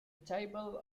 table